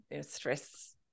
stress